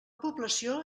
població